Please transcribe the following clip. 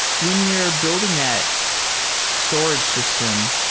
when you're building that storage system,